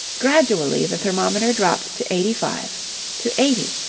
gradually the thermometer dropped to eighty-five, to eighty,